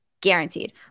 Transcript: Guaranteed